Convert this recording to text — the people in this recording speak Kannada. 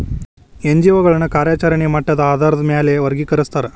ಎನ್.ಜಿ.ಒ ಗಳನ್ನ ಕಾರ್ಯಚರೆಣೆಯ ಮಟ್ಟದ ಆಧಾರಾದ್ ಮ್ಯಾಲೆ ವರ್ಗಿಕರಸ್ತಾರ